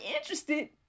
interested